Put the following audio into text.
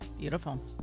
Beautiful